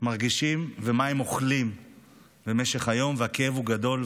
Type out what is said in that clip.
מרגישים ומה הם אוכלים במשך היום, והכאב הוא גדול.